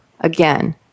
again